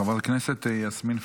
חברת הכנסת היסמין פרידמן,